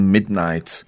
Midnight